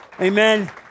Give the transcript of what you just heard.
Amen